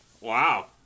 Wow